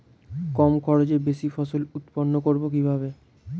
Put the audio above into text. কম খরচে বেশি ফসল উৎপন্ন করব কিভাবে?